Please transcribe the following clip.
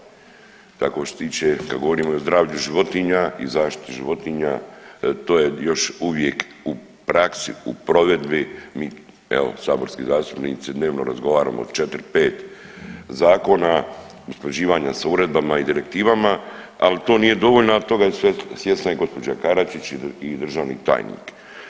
Tako što se tiče kad govorimo i o zdravlju životinja i zaštiti životinja to je još uvijek u praksi, u provedbi, mi evo saborski zastupnici dnevno razgovaramo o 4, 5 zakona, usklađivanja s uredbama i direktivama, ali to nije dovoljno, a toga je svjesna i gospođa Karačić i državni tajnik.